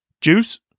Juice